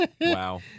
Wow